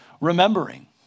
remembering